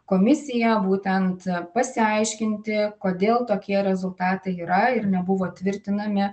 komisija būtent pasiaiškinti kodėl tokie rezultatai yra ir nebuvo tvirtinami